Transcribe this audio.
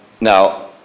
Now